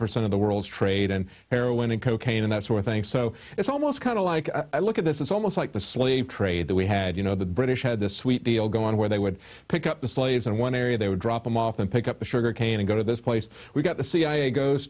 percent of the world's trade in heroin and cocaine and that's why i think so it's almost kind of like look at this it's almost like the slave trade that we had you know the british had this sweet deal going where they would pick up the slaves in one area they would drop them off and pick up a sugarcane and go to this place we got the cia goes